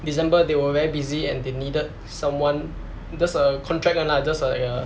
december they were very busy and they needed someone just a contract [one] lah just a